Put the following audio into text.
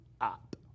up